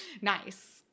nice